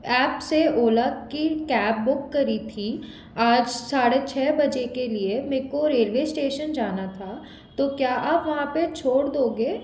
app से ओला की cab book करी थी आज साढ़े छ बजे के लिए मेको रेलवे स्टेशन जाना था तो क्या आप वहाँ पर छोड़ दोगे